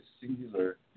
singular